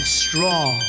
strong